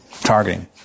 Targeting